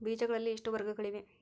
ಬೇಜಗಳಲ್ಲಿ ಎಷ್ಟು ವರ್ಗಗಳಿವೆ?